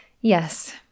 Yes